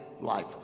life